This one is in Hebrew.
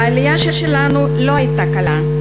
העלייה שלנו לא הייתה קלה.